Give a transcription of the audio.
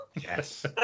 Yes